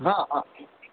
हा